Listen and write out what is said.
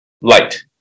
light